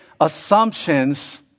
assumptions